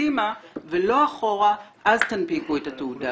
קדימה ולא אחורה, אז תנפיקו את התעודה.